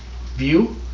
view